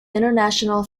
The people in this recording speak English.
international